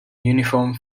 uniform